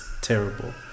terrible